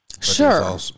Sure